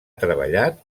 treballat